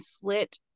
slit